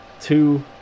two